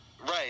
Right